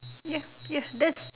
ya ya that's